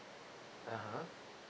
(uh huh)